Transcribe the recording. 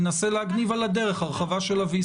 מנסה להגניב על הדרך הרחבה של ה-VC.